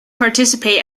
participate